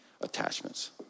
attachments